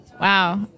Wow